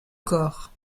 corps